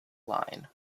line